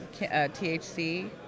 THC